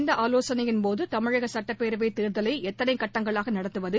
இந்தஆலோசனையின்போது தமிழகசட்டப்பேரவைதேர்தலைஎத்தனைகட்டங்களாகநடத்துவது